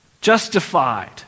Justified